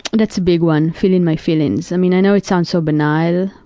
and that's a big one, feeling my feelings. i mean, i know it sounds so banal,